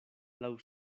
laŭ